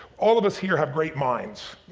all of us here have great minds.